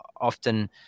often